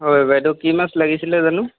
হয় বাইদেউ কি মাছ লাগিছিলে জানো